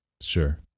Sure